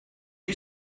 you